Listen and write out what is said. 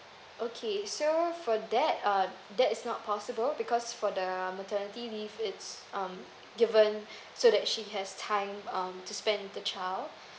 okay so for that uh that's not possible because for the maternity leave is um given so that she has time um to spend with the child